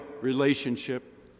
relationship